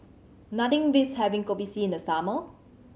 nothing beats having Kopi C in the summer